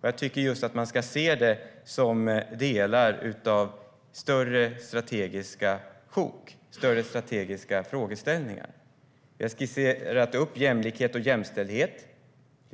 Jag tycker att man ska se dem som delar av större strategiska sjok, alltså större strategiska frågeställningar. Vi har skisserat upp jämlikhet och jämställdhet.